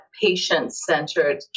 patient-centered